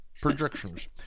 Projections